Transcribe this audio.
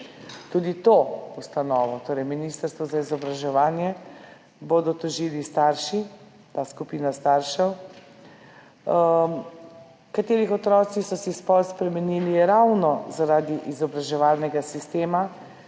Tudi to ustanovo, torej ministrstvo za izobraževanje, bodo tožili starši, ta skupina staršev, katerih otroci so si spol spremenili ravno zaradi izobraževalnega sistema,